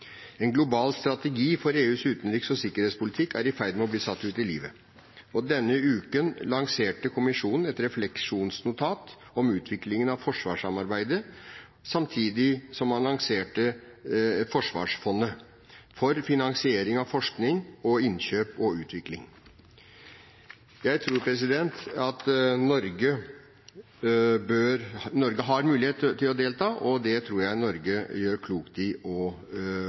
En global strategi for EUs utenriks- og sikkerhetspolitikk er i ferd med å bli satt ut i livet, og denne uken lanserte kommisjonen et refleksjonsnotat om utviklingen av forsvarssamarbeidet, samtidig som man lanserte forsvarsfondet for finansiering av forskning, innkjøp og utvikling. Norge har mulighet til å delta, og det tror jeg Norge gjør klokt i. Én ting er politiske krefter i eget land som ønsker å